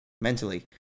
mentally